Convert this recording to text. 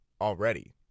Already